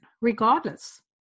regardless